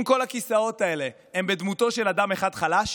אם כל הכיסאות האלה הם בדמותו של אדם אחד חלש,